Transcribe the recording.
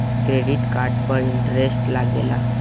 Credit card पर interest लागेला?